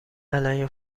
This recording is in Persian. علیه